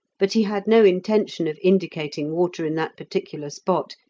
but he had no intention of indicating water in that particular spot.